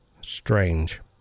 Strange